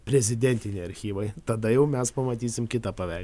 prezidentiniai archyvai tada jau mes pamatysim kitą